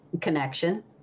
connection